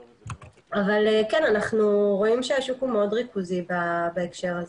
אבל אנחנו כן רואים שהשוק מאוד ריכוזי בהקשר הזה.